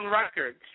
Records